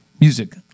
Music